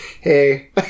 Hey